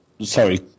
Sorry